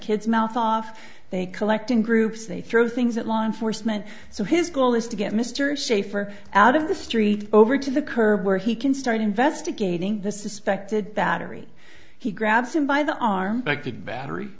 kids mouth off they collect in groups they throw things at law enforcement so his goal is to get mr shaffer out of the street over to the curb where he can start investigating the suspected that every he grabs him by the arm back to battery